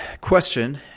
question